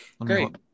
great